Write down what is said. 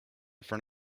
front